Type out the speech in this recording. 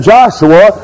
Joshua